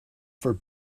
for